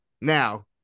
Now